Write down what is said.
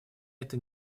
это